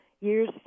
years